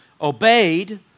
obeyed